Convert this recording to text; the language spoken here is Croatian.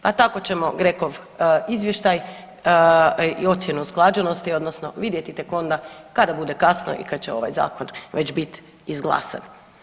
Pa tako ćemo GRECO-ov Izvještaj i ocjenu usklađenosti odnosno vidjeti tek onda kada bude kasno i kada će ovaj Zakon već biti izglasan.